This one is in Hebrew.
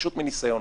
פשוט מניסיון.